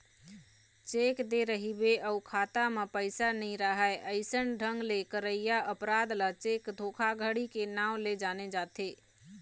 cheque दे रहिबे अउ खाता म पइसा नइ राहय अइसन ढंग ले करइया अपराध ल चेक धोखाघड़ी के नांव ले जाने जाथे